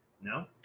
No